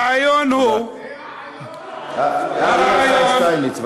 הנה השר שטייניץ,